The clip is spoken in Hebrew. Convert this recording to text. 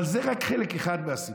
אבל זה רק חלק אחד מהסיפור.